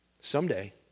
Someday